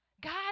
God